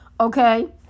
Okay